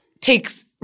takes